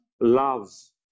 loves